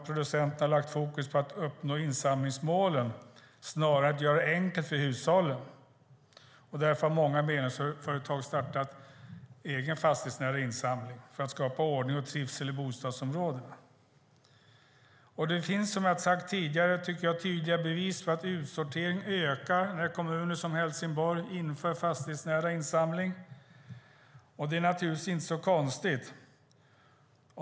Producenterna har lagt fokus på att uppnå insamlingsmålen snarare än att skapa ett system som gör det enkelt för hushållen . Många av SABOs medlemsföretag har därför startat fastighetsnära insamling i egen regi för att skapa ordning och trivsel i bostadsområdena." Det finns som jag sagt tidigare tydliga bevis på att utsorteringen ökar när kommuner, som Helsingborg, inför fastighetsnära insamling. Det är naturligtvis inte så konstigt.